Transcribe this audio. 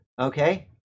okay